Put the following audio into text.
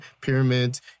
pyramids